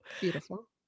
Beautiful